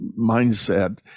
mindset